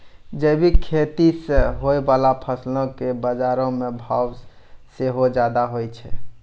जैविक खेती से होय बाला फसलो के बजारो मे भाव सेहो ज्यादा होय छै